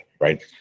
right